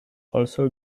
also